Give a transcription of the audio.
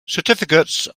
certificates